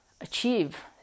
achieve